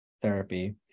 therapy